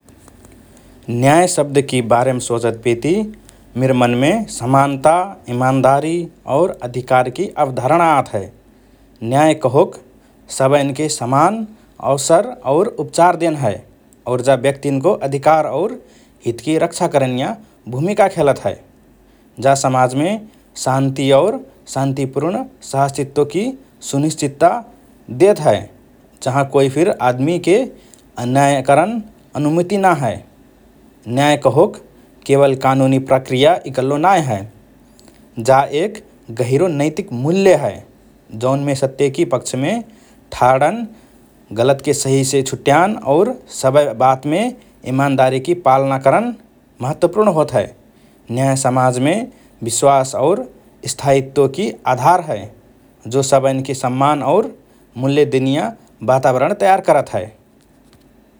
“न्याय” शब्दकि बारेम सोचतपेति मिर मनमे समानता, इमानदारी और अधिकारकि अवधारणा आत हए । न्याय कहोक सबएन्के समान अवसर और उपचार देन हए और जा व्यक्तिन्को अधिकार और हितकि रक्षा करनिया भूमिका खेलत हए । जा समाजमे शान्ति और शान्तिपूर्ण सहअस्तित्वकि सुनिश्चिता देत हए, जहाँ कोई फिर आदमि के अन्याय करन अनुमति ना हए । न्याय कहोक केवल कानुनी प्रक्रिया इकल्लो नाए हए, जा एक गहिरो नैतिक मूल्य हए, जौनमे सत्यकि पक्षमे ठाडन, गलतके सहिसे छुट्यान और सबए बातमे इमानदारीकि पालना करन महत्वपूर्ण होत हए । न्याय समाजमे विश्वास और स्थायीत्वकि आधार हए, जो सबएन्के सम्मान और मूल्य देनिया वातावरण तयार करत हए ।